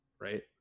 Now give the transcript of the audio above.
right